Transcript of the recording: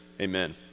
Amen